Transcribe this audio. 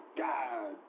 god